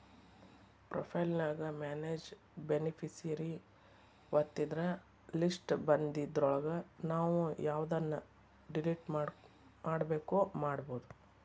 profile ನ್ಯಾಗ manage beneficiary ಒತ್ತಿದ್ರ list ಬನ್ದಿದ್ರೊಳಗ ನಾವು ಯವ್ದನ್ನ ಡಿಲಿಟ್ ಮಾಡ್ಬೆಕೋ ಮಾಡ್ಬೊದು